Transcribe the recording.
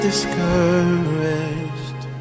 Discouraged